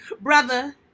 brother